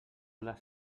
les